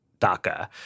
DACA